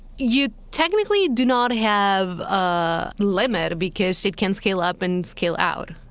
you technically do not have a limit, because it can scale up and scale out.